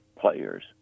players